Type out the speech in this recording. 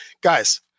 guys